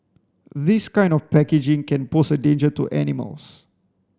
this kind of packaging can pose a danger to animals